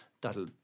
that'll